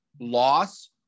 loss